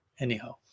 Anyhow